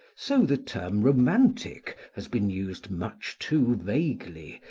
so the term, romantic, has been used much too vaguely,